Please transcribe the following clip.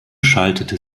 schaltete